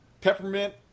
Peppermint